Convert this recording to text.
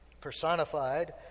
personified